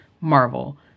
Marvel